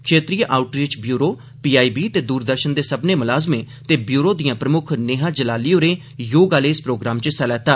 क्षेत्रीय outreach bureau PIB ते दूरदर्शन दे सब्मनें मुलाज़में ते व्यूरो दिआं प्रमुक्ख नेहा जलाली होरें योग आह्ले इस प्रोग्राम च हिस्सा लैता